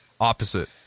opposite